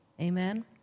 Amen